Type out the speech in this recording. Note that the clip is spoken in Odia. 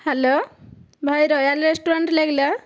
ହ୍ୟାଲୋ ଭାଇ ରୋୟାଲ୍ ରେଷ୍ଟୋରାଣ୍ଟ୍ ଲାଗିଲା